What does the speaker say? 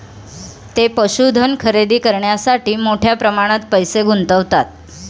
ते पशुधन खरेदी करण्यासाठी मोठ्या प्रमाणात पैसे गुंतवतात